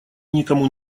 никому